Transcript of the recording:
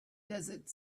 desert